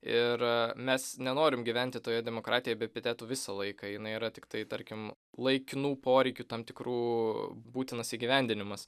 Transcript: ir mes nenorim gyventi toje demokratijoje be epitetų visą laiką jinai yra tiktai tarkim laikinų poreikių tam tikrų būtinas įgyvendinimas